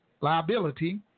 liability